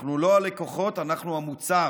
אנחנו לא הלקוחות, אנחנו המוצר.